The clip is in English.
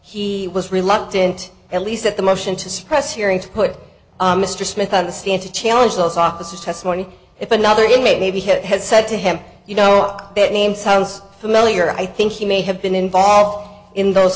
he was reluctant at least at the motion to suppress hearing to put mr smith on the stand to challenge those officers testimony if another inmate maybe hit has said to him you know that name sounds familiar i think you may have been involved in those